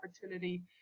opportunity